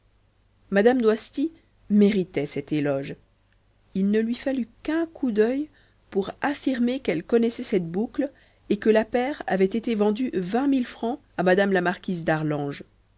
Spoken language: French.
doisty méritait cet éloge il ne lui fallut qu'un coup d'œil pour affirmer qu'elle connaissait cette boucle et que la paire avait été vendue vingt mille francs à mme la marquise d'arlange